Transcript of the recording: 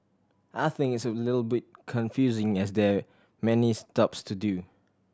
I think it's a little bit confusing as there many stops to do